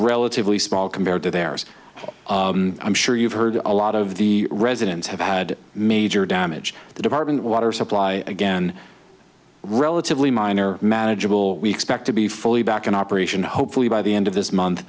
relatively small compared to theirs i'm sure you've heard a lot of the residents have had major damage the department of water supply again relatively minor manageable we expect to be fully back in operation hopefully by the end of this month